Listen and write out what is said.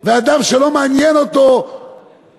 לאדם שלא מעניין אותו השני.